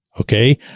Okay